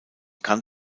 kann